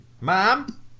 mom